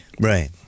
Right